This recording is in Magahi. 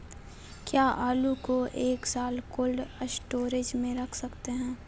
क्या आलू को एक साल कोल्ड स्टोरेज में रख सकते हैं?